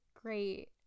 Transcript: great